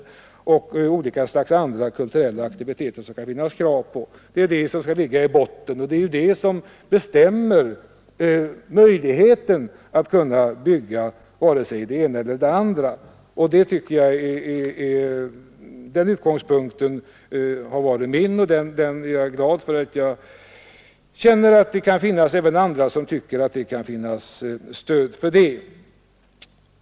Det är detta som skall ligga i botten och som bestämmer möjligheten att bygga antingen det ena eller det andra. Den utgångspunkten har varit min, och jag är glad över att känna att även andra tycker att det kan finnas stöd för den.